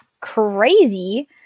crazy